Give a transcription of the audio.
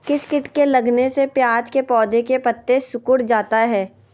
किस किट के लगने से प्याज के पौधे के पत्ते सिकुड़ जाता है?